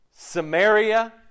Samaria